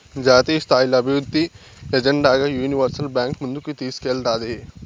జాతీయస్థాయిల అభివృద్ధి ఎజెండాగా యూనివర్సల్ బాంక్ ముందుకు తీస్కేల్తాది